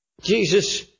Jesus